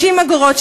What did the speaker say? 30 אגורות,